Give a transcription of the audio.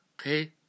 Okay